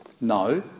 No